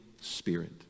spirit